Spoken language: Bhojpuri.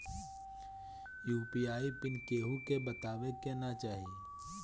यू.पी.आई पिन केहू के बतावे के ना चाही